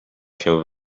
się